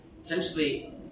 Essentially